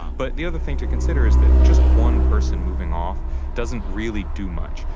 but the other thing to consider is that just one person moving off doesn't really do much.